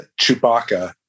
chewbacca